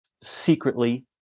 secretly